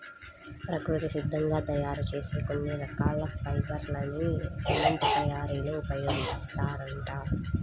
ప్రకృతి సిద్ధంగా తయ్యారు చేసే కొన్ని రకాల ఫైబర్ లని సిమెంట్ తయ్యారీలో ఉపయోగిత్తారంట